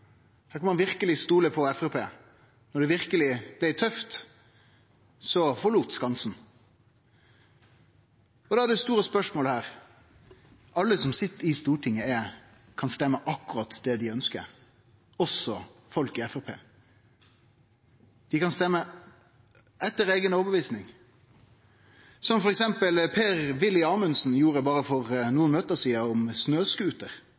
Her kunne ein verkeleg stole på Framstegspartiet. Da det verkeleg blei tøft, forlét dei skansen. Det store spørsmålet her er: Alle som sit i Stortinget, kan stemme akkurat det dei ønskjer – også folk i Framstegspartiet. Dei kan stemme etter eiga overtyding – som f.eks. Per-Willy Amundsen gjorde for berre